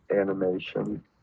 animation